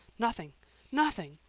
nothing nothing.